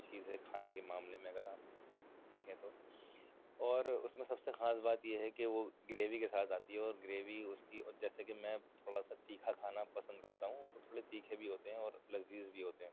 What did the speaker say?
چیز ہے کھانے کے معاملے میں اگر آپ دیکھیں تو اور اُس میں سب سے خاص بات یہ ہے کہ وہ گریوی کے ساتھ آتی ہے اور گریوی اُس کی جیسے کہ میں تھوڑا سا تیکھا کھانا پسند کرتا ہوں تو تھوڑے تیکھے بھی ہوتے ہیں اور لذیذ بھی ہوتے ہیں